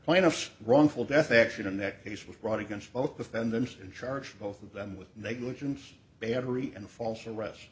plaintiff wrongful death action in that case was brought against both defendants in charge both of them with negligence battery and false arrest